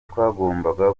twagombaga